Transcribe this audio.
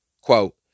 quote